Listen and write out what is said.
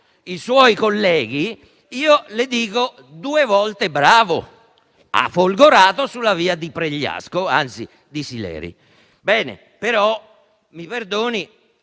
i suoi colleghi, le dico due volte bravo. Ha folgorato sulla via di Pregliasco, anzi di Sileri. Mi perdoni,